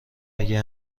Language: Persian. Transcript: اگه